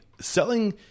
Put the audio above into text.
Selling